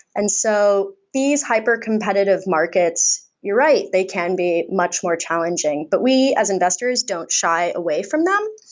and so these hypercompetitive markets, you're right, they can be much more challenging. but we as investors don't shy away from them.